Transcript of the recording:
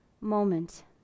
moment